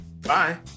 Bye